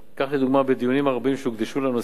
כך, לדוגמה, בדיונים הרבים שהוקדשו לנושא